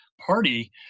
party